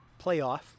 playoff